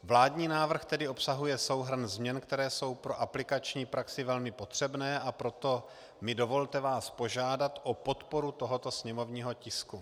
Vládní návrh tedy obsahuje souhrn změn, které jsou pro aplikační praxi velmi potřebné, a proto mi dovolte vás požádat o podporu tohoto sněmovního tisku.